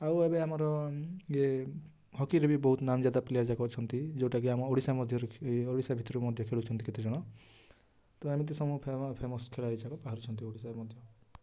ଆଉ ଏବେ ଆମର ଇଏ ଫକୀର ବି ବହୁତ ନାମଜାଦା ପ୍ଲେୟାର୍ ଅଛନ୍ତି ଯେଉଁଟା କି ଆମର ଓଡ଼ିଶା ମଧ୍ୟ୍ୟ ଓଡ଼ିଶା ଭିତରୁ ମଧ୍ୟ୍ୟ ରହିଛନ୍ତି କେତେଜଣ ତ ଏମିତି ଫେମସ୍ ଖେଳାଳି ହିସାବରେ ବାହାରୁଛନ୍ତି